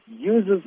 uses